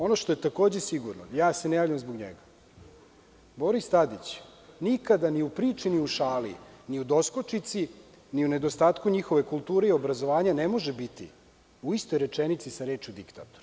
Ono što je takođe sigurno, ja se ne javljam zbog njega, Boris Tadić nikada ni u priči, ni u šali, ni u doskočici, ni u nedostatku njihove kulture i obrazovanja ne može biti u istoj rečenici sa rečju diktator.